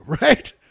Right